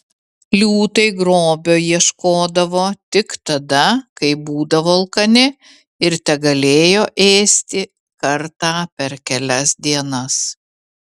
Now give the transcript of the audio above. liūtai grobio ieškodavo tik tada kai būdavo alkani ir tegalėjo ėsti kartą per kelias dienas